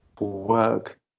work